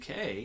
UK